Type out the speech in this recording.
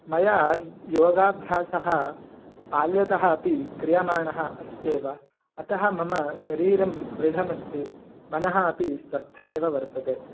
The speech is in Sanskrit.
मया योगाभ्यासः बाल्यतः अपि क्रियमाणः अस्त्येव अतः मम शरीरं दृढम् अस्ति मनः अपि स्वस्थमेव वर्तते